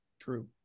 true